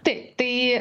taip tai